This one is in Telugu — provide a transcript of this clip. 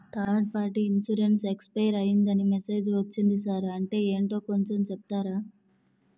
థర్డ్ పార్టీ ఇన్సురెన్సు ఎక్స్పైర్ అయ్యిందని మెసేజ్ ఒచ్చింది సార్ అంటే ఏంటో కొంచె చెప్తారా?